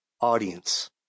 audience